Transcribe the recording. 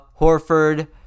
Horford